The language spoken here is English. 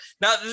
Now